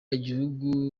igihugu